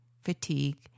fatigue